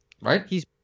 Right